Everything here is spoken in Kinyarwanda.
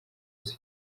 uzi